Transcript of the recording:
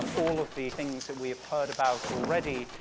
um all of the things that we've heard about already,